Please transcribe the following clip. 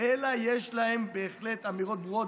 אלא יש להם בהחלט אמירות ברורות.